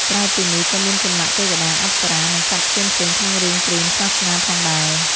ក្រៅពីនេះ ក៏មានចម្លាក់ ទេវតា អប្សរា និងសត្វផ្សេងៗក្នុងរឿងព្រាហ្មណ៍សាសនាផងដែរ។